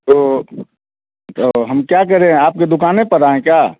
तो तो हम क्या करें आपके दुकान पर आएँ क्या